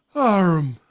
arme,